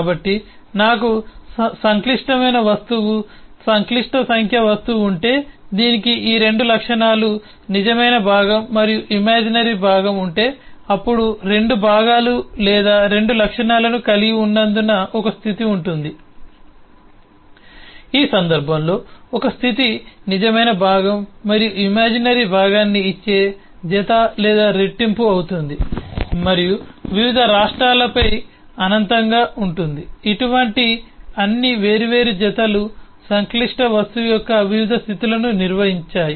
కాబట్టి నాకు సంక్లిష్టమైన వస్తువు సంక్లిష్ట సంఖ్య వస్తువు ఉంటే దీనికి ఈ 2 లక్షణాలు నిజమైన భాగం మరియు ఇమాజినరీ భాగం ఉంటే అప్పుడు 2 భాగాలు లేదా 2 లక్షణాలను కలిగి ఉన్నందున ఒక స్థితి ఉంటుంది ఈ సందర్భంలో ఒక స్థితి నిజమైన భాగం మరియు ఇమాజినరీ భాగాన్ని ఇచ్చే జత లేదా రెట్టింపు అవుతుంది మరియు వివిధ రాష్ట్రాలపై అనంతంగా ఉంటుంది ఇటువంటి అన్ని వేర్వేరు జతలు సంక్లిష్ట వస్తువు యొక్క వివిధ స్థితులను నిర్వచించాయి